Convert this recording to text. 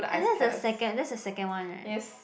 and that's the second that's the second one right